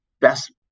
best